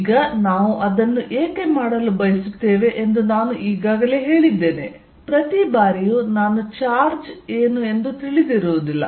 ಈಗ ನಾವು ಅದನ್ನು ಏಕೆ ಮಾಡಲು ಬಯಸುತ್ತೇವೆ ಎಂದು ನಾನು ಈಗಾಗಲೇ ಹೇಳಿದ್ದೇನೆ ಪ್ರತಿ ಬಾರಿಯೂ ನಾನು ಚಾರ್ಜ್ ಏನು ಎಂದು ತಿಳಿದಿರುವುದಿಲ್ಲ